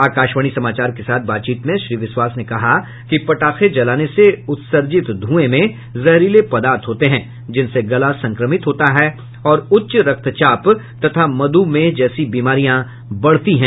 आकाशवाणी समाचार के साथ बातचीत में श्री बिस्वास ने कहा कि पटाखे जलाने से उत्सर्जित धुएं में जहरीले पदार्थ होते हैं जिनसे गला संक्रमित होता है और उच्च रक्तचाप तथा मधुमेह जैसी बीमारियां बढ़ती हैं